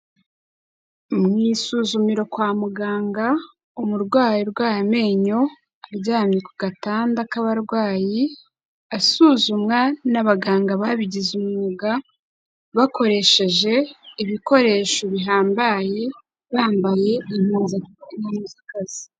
Mu isuzumiro kwa muganga, umurwayi arwaye amenyo aryamye ku gatanda k'abarwayi, asuzumwa n'abaganga babigize umwuga bakoresheje ibikoresho bihambaye bambaye.